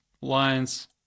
lines